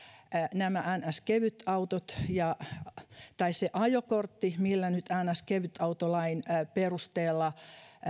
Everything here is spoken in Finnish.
nämä niin sanottu kevytautot tai se ajokortti millä nyt niin sanottu kevytautolain perusteella